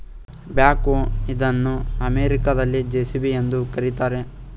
back ಹೋ ಇದನ್ನು ಅಮೆರಿಕದಲ್ಲಿ ಜೆ.ಸಿ.ಬಿ ಎಂದು ಕರಿತಾರೆ